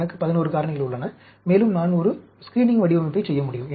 எனக்கு 11 காரணிகள் உள்ளன மேலும் நான் ஒரு ஸ்க்ரீனிங் வடிவமைப்பை செய்ய முடியும்